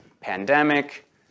Pandemic